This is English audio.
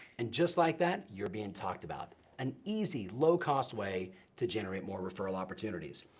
and just like that, you're bein' talked about. an easy, low-cost way to generate more referral opportunities.